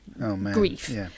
grief